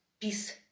peace